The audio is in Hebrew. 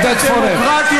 עודד פורר,